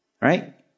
Right